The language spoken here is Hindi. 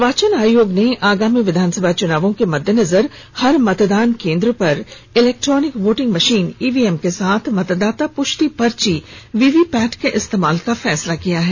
निर्वाचन आयोग ने आगामी विधानसभा चुनावों के मद्देनजर हर मतदान केन्द्र पर इलैक्ट्रॉनिक वोटिंग मशीन ईवीएम के साथ मतदाता पुष्टि पर्ची वीवीपैट के इस्तेमाल का फैसला लिया है